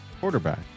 quarterback